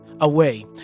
away